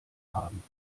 haben